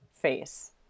face